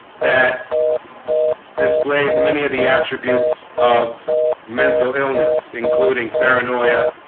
that displays many of the attributes of mental illness including paranoia